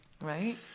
right